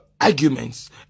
arguments